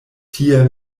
tie